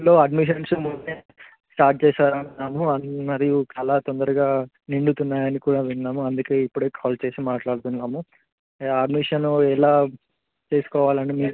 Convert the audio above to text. లో admissions start చేసారని విన్నాము మరియు చాలా తొందరగా నిండుతున్నాయని కూడా విన్నాము అందుకే ఇప్పుడే కాల్ చేసి మాట్లాడుతున్నాము అడ్మిషను ఎలా చేసుకోవాలి అండి మీ